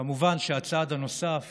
כמובן שהצעד הנוסף